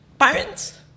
parents